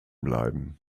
bleiben